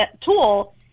tool